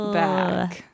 back